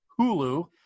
Hulu